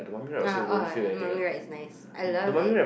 uh oh the mummy ride is nice I love it